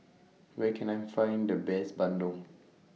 Where Can I Find The Best Bandung